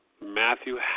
Matthew